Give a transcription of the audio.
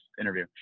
interview